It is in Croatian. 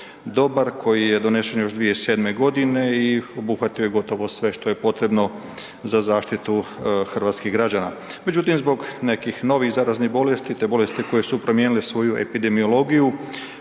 dobar, koji je donesen još 2007.g. i obuhvatio je gotovo sve što je potrebno za zaštitu hrvatskih građana. Međutim, zbog nekih novih zaraznih bolesti, te bolesti koje su promijenile svoju epidemiologiju,